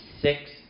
six